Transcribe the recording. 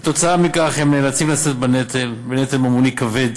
כתוצאה מכך הם נאלצים לשאת בנטל ממוני כבד